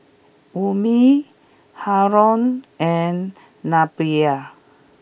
Ummi Haron and Nabila